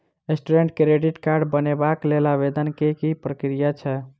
Student credit card बनेबाक लेल आवेदन केँ की प्रक्रिया छै?